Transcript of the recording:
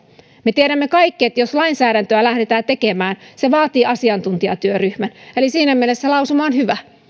me tiedämme kaikki että jos lainsäädäntöä lähdetään tekemään se vaatii asiantuntijatyöryhmän eli siinä mielessä lausuma on hyvä